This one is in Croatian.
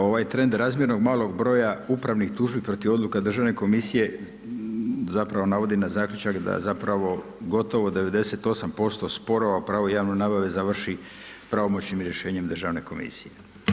Ovaj trend razmjerno malog broja upravnih tužbi protiv odluka Državne komisije zapravo navodi na zaključak, da zapravo gotovo 98% sporova u pravu javne nabave završi pravomoćnim rješenjem Državne komisije.